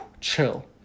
chill